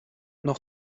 noch